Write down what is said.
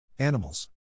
Animals